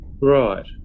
right